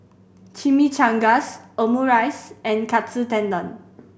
Chimichangas Omurice and Katsu Tendon